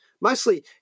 mostly